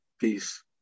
peace